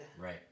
Right